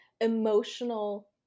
emotional